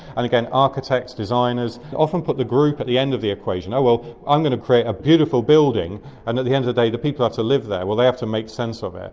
and again, architects, designers often put the group at the end of the equation well, i'm going to create a beautiful building and at the end of the day the people have to live there. they have to make sense of it.